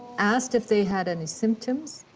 asked if they had any symptoms.